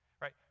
right